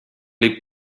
liv